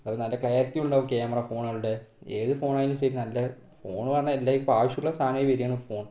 നല്ല ക്ലാരിറ്റി ഉള്ള camera phone അവരുടെ ഏതു ഫോണായാലും ശരി നല്ല ഫോണ് എന്ന് പറഞ്ഞാൽ എല്ലാം ഇപ്പോൾ ആവശ്യമുള്ള സാധനമായി വരികയാണ് ഫോണ്